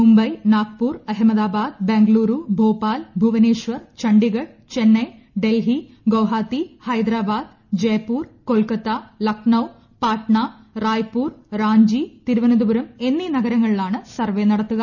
മുംബൈ നാഗ്പൂർ അഹമ്മദാബാദ് ബംഗളൂരു ഭോപ്പാൽ ഭുവനേശ്വർ ചണ്ഡിഗഢ് ചെന്നൈ ഡൽഹി ഗുവാഹട്ടി ഹൈദരാബാദ് ജയ്പൂർ കൊൽക്കത്ത ലക്നൌ പാറ്റ്ന റായ്പൂർ റാഞ്ചി തിരുവനന്തപുരം എന്നീ നഗരങ്ങളിലാണ് സർവ്വേ നടത്തുക